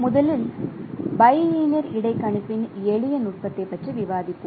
முதலில் பைலினியர் இடைக்கணிப்பின் எளிய நுட்பத்தைப் பற்றி விவாதிப்போம்